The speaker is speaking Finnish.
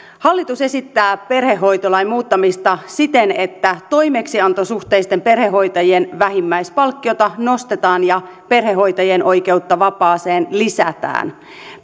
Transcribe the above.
hallitus esittää perhehoitolain muuttamista siten että toimeksiantosuhteisten perhehoitajien vähimmäispalkkiota nostetaan ja perhehoitajien oikeutta vapaaseen lisätään